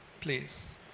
please